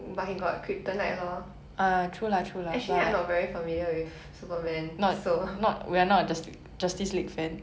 but he got kryptonite lor actually I not very familiar with superman so